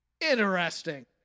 interesting